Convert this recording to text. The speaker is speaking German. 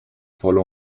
volle